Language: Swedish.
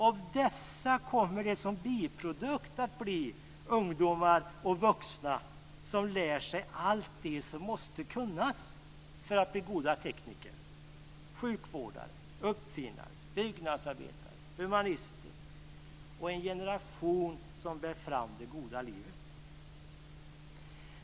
Av dessa kommer det som biprodukt att bli ungdomar och vuxna som lär sig allt det som måste kunnas för att de ska bli goda tekniker, sjukvårdare, uppfinnare, byggnadsarbetare, humanister och en generation som bär fram det goda livet.